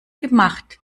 gemacht